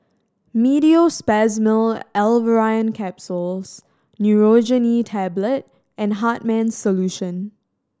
Meteospasmyl Alverine Capsules Nurogen E Tablet and Hartman's Solution